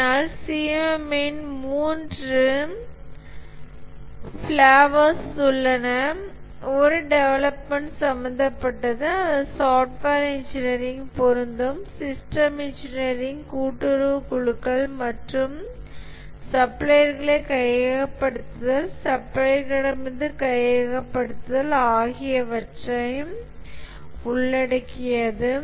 ஆனால் CMMI யின் 3 ஃபிஏளவர்கள் உள்ளன 1 டெவலப்மெண்ட் சம்பந்தப்பட்டது அது சாஃப்ட்வேர் இன்ஜினியரிங் பொருந்தும் சிஸ்டம் இன்ஜினியரிங் கூட்டுறவு குழுக்கள் மற்றும் சப்ளையர்களை கையகப்படுத்துதல் சப்ளையர்களிடமிருந்து கையகப்படுத்தல் ஆகியவற்றை உள்ளடக்கியது